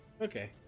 Okay